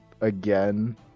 again